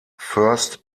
first